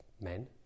men